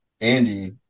Andy